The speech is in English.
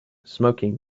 smoking